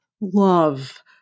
love